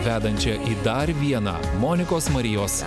vedančia į dar vieną monikos marijos